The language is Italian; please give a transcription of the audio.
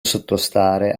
sottostare